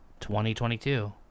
2022